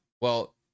Well-